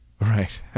Right